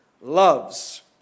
loves